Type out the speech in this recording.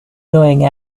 going